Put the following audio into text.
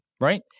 right